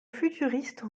futuriste